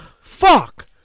Fuck